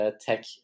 tech